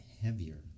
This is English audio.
heavier